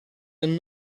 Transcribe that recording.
een